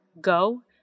go